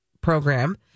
Program